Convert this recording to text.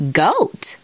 goat